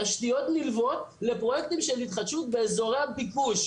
תשתיות נלוות לפרויקטים של התחדשות באזורי הביקוש.